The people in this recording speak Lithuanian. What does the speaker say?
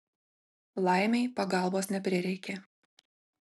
laimei pagalbos neprireikė